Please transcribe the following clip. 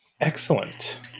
Excellent